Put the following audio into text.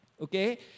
Okay